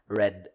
red